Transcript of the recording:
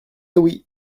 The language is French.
oui